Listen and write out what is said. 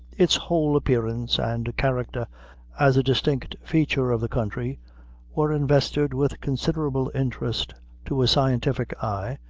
its whole appearance and character as a distinct feature of the country were invested with considerable interest to a scientific eye,